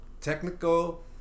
technical